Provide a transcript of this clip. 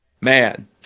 man